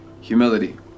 humility